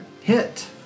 Hit